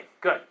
good